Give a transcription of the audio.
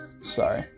Sorry